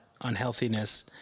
unhealthiness